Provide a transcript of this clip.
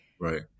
Right